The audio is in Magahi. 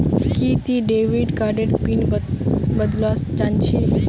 कि ती डेविड कार्डेर पिन बदलवा जानछी